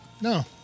No